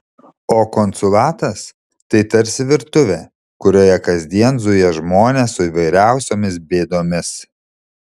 o konsulatas tai tarsi virtuvė kurioje kasdien zuja žmonės su įvairiausiomis bėdomis